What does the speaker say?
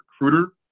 recruiter